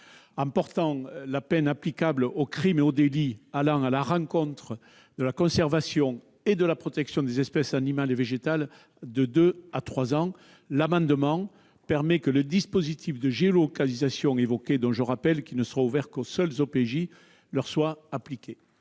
à trois ans la peine applicable aux crimes et délits allant à l'encontre de la conservation et de la protection des espèces animales et végétales, cet amendement permet de faire en sorte que le dispositif de géolocalisation évoqué, dont je rappelle qu'il ne sera ouvert qu'aux seuls OPJ, leur soit appliqué.